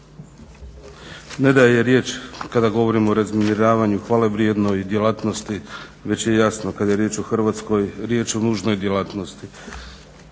Ne da je riječ kada govorimo o razminiravaju hvale vrijedno i djelatnosti već je jasno kada je riječ o Hrvatskoj, riječ je o nužnoj djelatnosti.